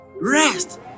rest